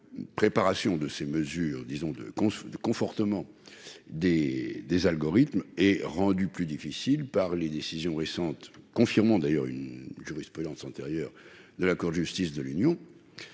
la préparation de ces mesures, disons, de « confortement » des algorithmes est rendue plus difficile par les récentes décisions de justice, qui confirment d'ailleurs une jurisprudence antérieure de la Cour de justice de l'Union